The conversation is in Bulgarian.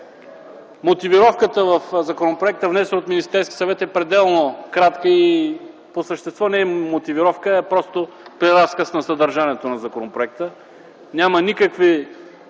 Мотивировката в законопроекта, внесен от Министерския съвет, е пределно кратка и по същество не е мотивировка, а е преразказ на съдържанието на законопроекта.